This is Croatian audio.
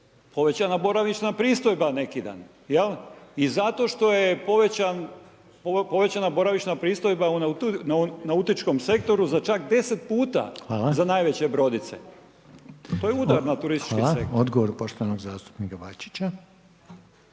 povećana boravišna pristojba neki daj, jel. I zato što je povećana boravišna pristojba u nautičkom sektoru za čak 10 puta za najveće brodice. To je udar na turistički sektor. **Reiner, Željko (HDZ)** Hvala. Odgovor poštovanog zastupnika Bačića.